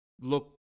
look